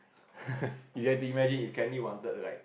you had to imagine if Canny wanted to like